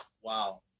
wow